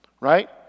Right